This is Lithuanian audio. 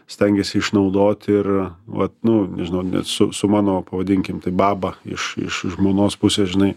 stengiesi išnaudoti ir vat nu nežinau net su su mano pavadinkim taip baba iš iš žmonos pusės žinai